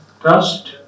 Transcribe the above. trust